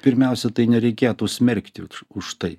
pirmiausia tai nereikėtų smerkti už tai